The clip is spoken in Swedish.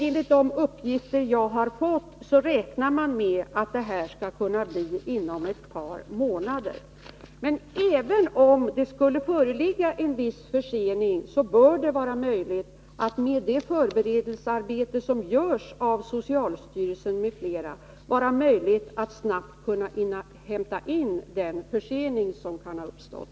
Enligt de uppgifter som jag har fått räknar man med att det skall komma inom ett par månader. Även om det skulle föreligga en viss försening, bör det vara möjligt att med det förberedelsearbete som görs av socialstyrelsen m.fl. snabbt hämta in den försening som kan ha uppstått.